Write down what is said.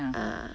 ah